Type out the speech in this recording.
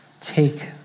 take